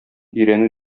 өйрәнү